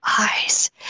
eyes